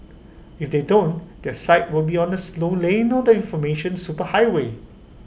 if they don't their site will be on the slow lane on the information superhighway